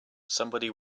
somebody